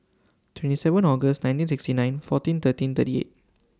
twenty seven August nineteen sixty nine fourteen thirteen thirty eight